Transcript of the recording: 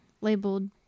labeled